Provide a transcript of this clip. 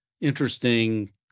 interesting